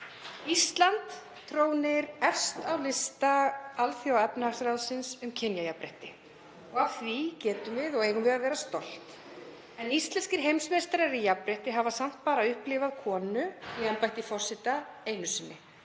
Ísland trónir efst á lista Alþjóðaefnahagsráðsins um kynjajafnrétti og af því getum við og eigum að vera stolt. En íslenskir heimsmeistarar í jafnrétti hafa samt bara upplifað konu í embætti forseta einu sinni,